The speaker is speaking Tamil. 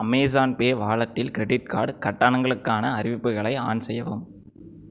அமேஸான் பே வாலெட்டில் கிரெடிட் கார்ட் கட்டணங்களுக்கான அறிவிப்புகளை ஆன் செய்யவும்